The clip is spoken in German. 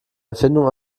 erfindung